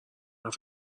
حرف